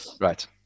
Right